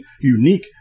unique